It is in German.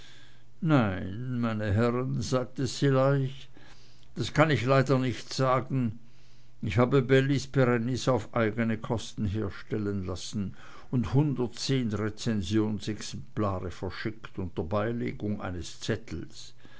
nein meine herren sagte szilagy das kann ich leider nicht sagen ich habe bellis perennis auf eigne kosten herstellen lassen und hundertzehn rezensionsexemplare verschickt unter beilegung eines zettels